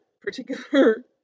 particular